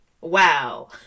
wow